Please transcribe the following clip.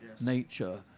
nature